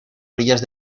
orillas